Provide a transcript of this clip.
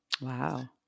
wow